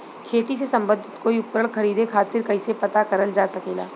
खेती से सम्बन्धित कोई उपकरण खरीदे खातीर कइसे पता करल जा सकेला?